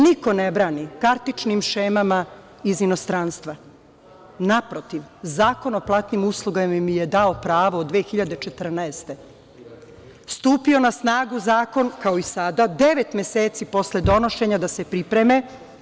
Niko ne brani kartičkim šemama iz inostranstva, naprotiv Zakon o platnim uslugama im je dao pravo od 2014. godine, stupio na snagu zakon kao i sada, devet meseci posle donošenja da se pripreme.